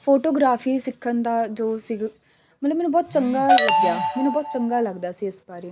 photography ਸਿੱਖਣ ਦਾ ਜੋ ਸੀ ਮਤਲਬ ਮੈਨੂੰ ਬਹੁਤ ਚੰਗਾ ਮੈਨੂੰ ਬਹੁਤ ਚੰਗਾ ਲੱਗਦਾ ਸੀ ਇਸ ਬਾਰੇ